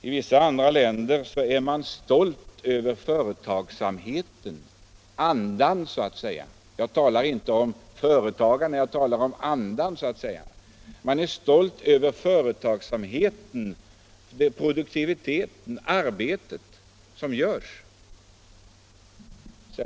I vissa andra länder är man stolt över företagsamheten, över andan så att säga. Jag talar här inte om företagarna utan om andan. Man är stolt över företagsamheten, över produktiviteten och över det arbete som uträttas.